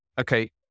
okay